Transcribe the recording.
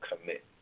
commit